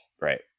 Right